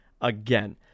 again